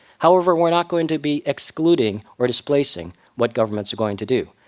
however, we're not going to be excluding or displacing what governments are going to do.